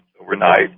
overnight